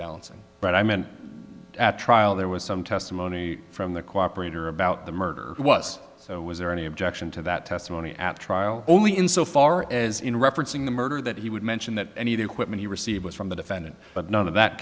balancing but i meant at trial there was some testimony from the cooperate or about the murder was so was there any objection to that testimony at trial only in so far as in referencing the murder that he would mention that any of the equipment he received was from the defendant but none of that